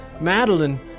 Madeline